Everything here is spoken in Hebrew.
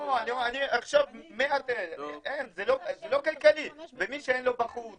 לא, זה לא כלכלי, ומי שאין לו בחוץ?